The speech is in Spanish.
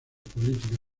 política